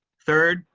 third,